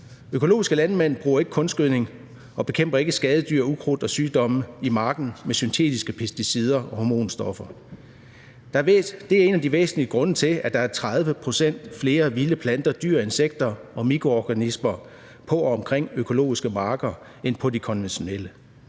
Økologiske landmænd bruger ikke kunstgødning og bekæmper ikke skadedyr og ukrudt og sygdomme i marken med syntetiske pesticider og hormonstoffer. Det er en af de væsentlige grunde til, at der er 30 pct. flere vilde planter og dyr, insekter og mikroorganismer på og omkring økologiske marker end på de konventionelle.